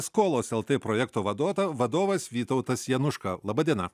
skolos lt projekto vadota vadovas vytautas januška laba diena